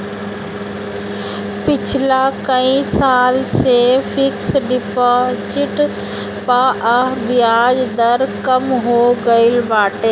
पिछला कई साल से फिक्स डिपाजिट पअ बियाज दर कम हो गईल बाटे